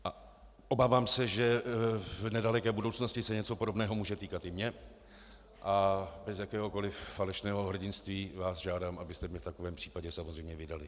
A obávám se, že v nedaleké budoucnosti se něco podobného může týkat i mě, a bez jakéhokoliv falešného hrdinství vás žádám, abyste mě v takovém případě samozřejmě vydali.